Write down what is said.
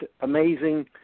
amazing